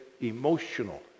emotional